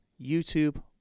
YouTube